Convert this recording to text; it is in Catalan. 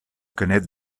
canet